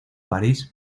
parís